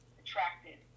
attracted